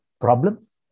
problems